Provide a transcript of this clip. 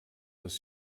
dass